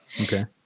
Okay